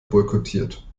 boykottiert